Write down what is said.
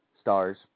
stars